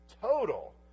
total